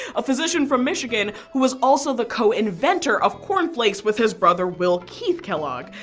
a physician from michigan who was also the co-inventor of corn flakes with his brother will keith kellogg.